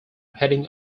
heading